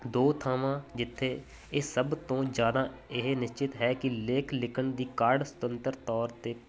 ਦੋ ਥਾਵਾਂ ਜਿੱਥੇ ਇਹ ਸਭ ਤੋਂ ਜ਼ਿਆਦਾ ਇਹ ਨਿਸ਼ਚਿਤ ਹੈ ਕਿ ਲੇਖ ਲਿਖਣ ਦੀ ਕਾਢ ਸੁਤੰਤਰ ਤੌਰ 'ਤੇ